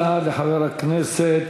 תודה לחבר הכנסת